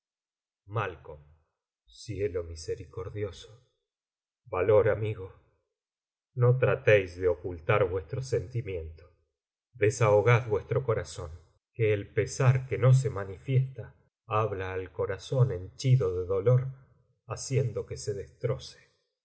malc cielo misericordioso valor amigo no tratéis de ocultar vuestro sentimiento desahogad vuestro corazón que el pesar que no se manifiesta había al corazón henchido de dolor haciendo que se destroce